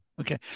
Okay